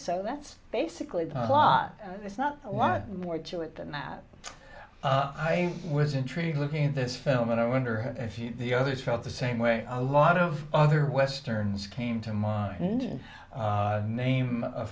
so that's basically why it's not a lot more to it than that i was intrigued looking at this film and i wonder if you the others felt the same way a lot of other westerns came to mind name a